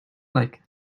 like